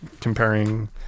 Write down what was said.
comparing